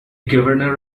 governor